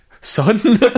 son